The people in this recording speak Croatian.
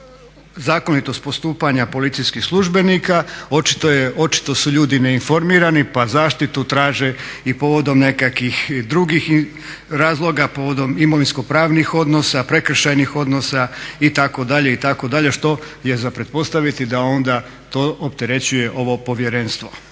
zakonitost postupanja policijskih službenika. Očito su ljudi neinformirani pa zaštitu traže i povodom nekakvih drugih razloga, povodom imovinsko-pravnih odnosa, prekršajnih odnosa itd., itd. što je za pretpostaviti da onda to opterećuje ovo povjerenstvo.